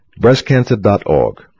Breastcancer.org